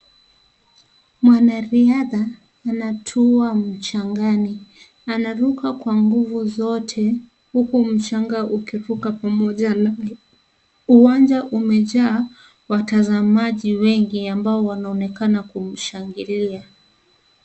Mwanariadha anatua mchangani anaruka kwa nguvu zote huku mchanga ukivuka pamoja naye. Uwanja umejaa watazamaji wengi ambao wanaonekana kumshangilia.